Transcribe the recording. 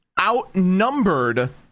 outnumbered